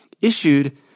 issued